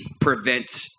prevent